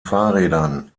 fahrrädern